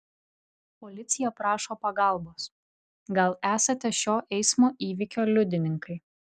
policija prašo pagalbos gal esate šio eismo įvykio liudininkai